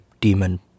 demon